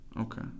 Okay